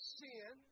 sin